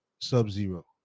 Sub-Zero